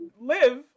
live